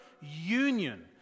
union